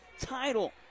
title